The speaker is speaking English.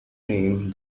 name